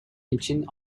için